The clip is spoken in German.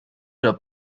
oder